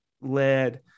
led